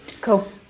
cool